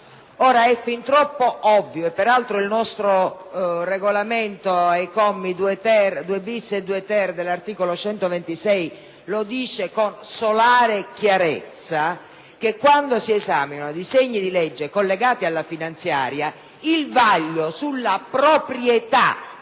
È fin troppo ovvio - e peraltro il nostro Regolamento, ai commi 2-*bis* e 2-*ter* dell'articolo 126, lo stabilisce con solare chiarezza - che quando si esaminano disegni di legge collegati alla finanziaria, il vaglio sulla proprietà